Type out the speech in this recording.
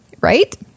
right